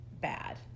bad